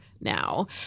now